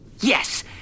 Yes